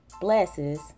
blesses